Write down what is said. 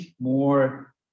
more